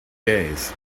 days